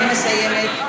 אני מסיימת.